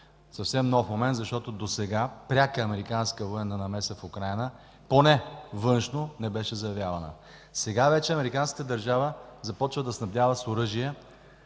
Съвсем нов момент, защото досега пряка американска военна намеса в Украйна поне външно не беше заявявана. Сега вече американската държава започва да снабдява с оръжие